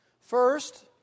First